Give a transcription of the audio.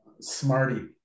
Smarty